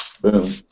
Boom